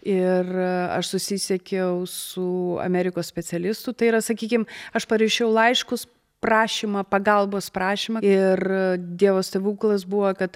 ir aš susisiekiau su amerikos specialistu tai yra sakykim aš parašiau laiškus prašymą pagalbos prašymą ir dievo stebuklas buvo kad